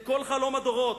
את כל חלום הדורות.